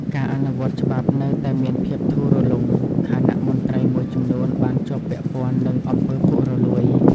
ការអនុវត្តច្បាប់នៅតែមានភាពធូររលុង ខណៈមន្ត្រីមួយចំនួនបានជាប់ពាក់ព័ន្ធនឹងអំពើពុករលួយ។